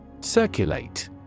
Circulate